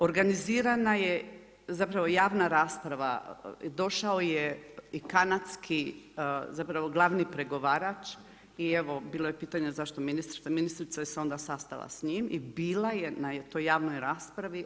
Organizirana je javna rasprava i došao je i kanadski zapravo glavni pregovarač i bilo je pitanja zašto ministrica, ministrica se onda sastala s njim i bila je na toj javnoj raspravi.